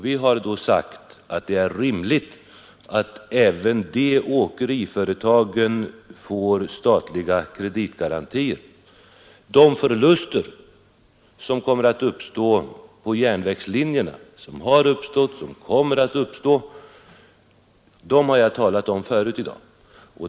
Vi har då sagt att det är rimligt att även åkeriföretagen får statliga kreditgarantier. De förluster på järnvägslinjerna som har uppstått och som kommer att uppstå har jag talat om förut i dag. Vi är beredda att täcka in dessa förluster.